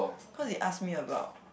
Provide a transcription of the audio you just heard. cause he ask me about